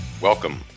welcome